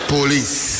Police